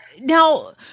now